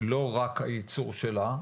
היא לא רק הייצור שלה,